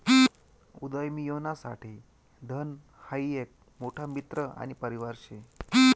उदयमियोना साठे धन हाई एक मोठा मित्र आणि परिवार शे